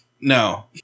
No